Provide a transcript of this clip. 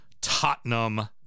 Tottenham